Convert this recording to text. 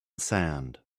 sand